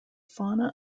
fauna